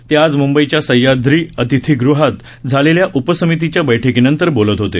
ते आज मूंबईच्या सहयाद्री अतिथीग़हात झालेल्या उपसमितीच्या बैठकीनंतर बोलत होते